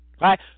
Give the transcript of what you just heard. right